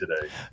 today